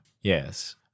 Yes